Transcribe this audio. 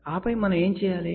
ఆపై మనం ఏమి చేయాలి